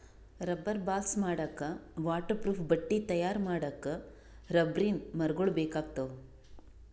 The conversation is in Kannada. ರಬ್ಬರ್ ಬಾಲ್ಸ್ ಮಾಡಕ್ಕಾ ವಾಟರ್ ಪ್ರೂಫ್ ಬಟ್ಟಿ ತಯಾರ್ ಮಾಡಕ್ಕ್ ರಬ್ಬರಿನ್ ಮರಗೊಳ್ ಬೇಕಾಗ್ತಾವ